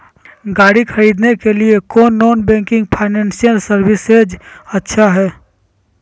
गाड़ी खरीदे के लिए कौन नॉन बैंकिंग फाइनेंशियल सर्विसेज अच्छा है?